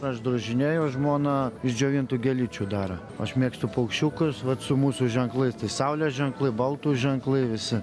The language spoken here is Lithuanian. aš drožinėju žmona iš džiovintų gėlyčių daro aš mėgstu paukščiukus vat su mūsų ženklais tai saulės ženklai baltų ženklai visi